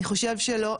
אני חושב שלא,